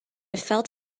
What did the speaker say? felt